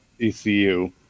ECU